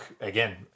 again